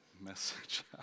message